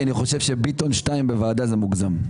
כי אני חושב שביטון שניים בוועדה זה מוגזם.